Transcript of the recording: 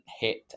hit